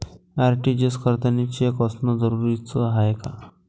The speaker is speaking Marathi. आर.टी.जी.एस करतांनी चेक असनं जरुरीच हाय का?